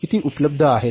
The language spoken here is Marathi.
किती उपलब्ध आहे